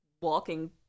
walking